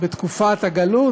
בתקופת הגלות,